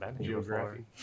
Geography